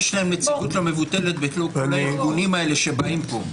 יש להם נציגות לא מבוטלת בכל הארגונים שנמצאים פה.